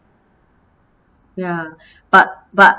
ya but but